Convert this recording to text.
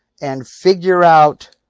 and figure out.